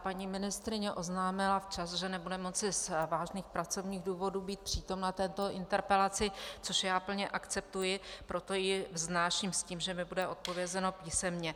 Paní ministryně oznámila včas, že nebude moci z vážných pracovních důvodů být přítomna této interpelaci, což já plně akceptuji, proto ji vznáším s tím, že mi bude odpovězeno písemně.